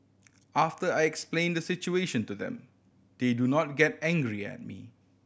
after I explain the situation to them they do not get angry at me